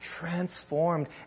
transformed